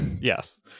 Yes